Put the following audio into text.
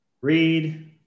read